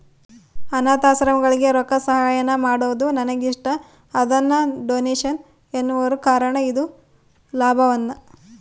ಅನಾಥಾಶ್ರಮಗಳಿಗೆ ರೊಕ್ಕಸಹಾಯಾನ ಮಾಡೊದು ನನಗಿಷ್ಟ, ಅದನ್ನ ಡೊನೇಷನ್ ಎನ್ನುವರು ಕಾರಣ ಇದು ಲಾಭವನ್ನ ಬಯಸದ ಸಹಾಯ